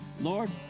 Lord